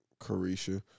Carisha